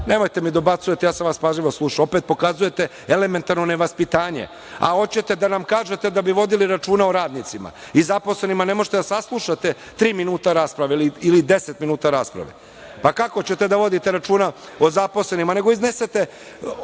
Nemojte da mi dobacujete, ja sam vas pažljivo slušao. Opet pokazujete elementarno nevaspitanje, a hoćete da nam kažete da bi vodili računa o radnicima i zaposlenima. Ne možete da saslušate tri minuta rasprave ili 10 minuta rasprave. Pa kako ćete da vodite računa o zaposlenima?